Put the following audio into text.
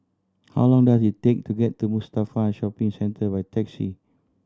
how long does it take to get to Mustafa Shopping Centre by taxi